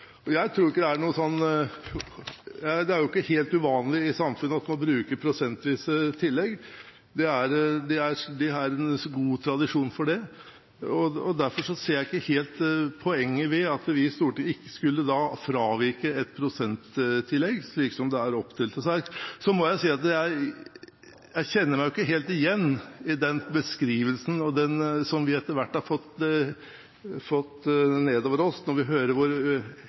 ser jeg ikke helt poenget med at vi i Stortinget skulle fravike et prosenttillegg slik som det er oppstilt her. Så må jeg si at jeg kjenner meg ikke helt igjen i den beskrivelsen som vi etter hvert har fått av oss – hvor usosiale og helt umulige vi